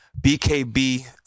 BKB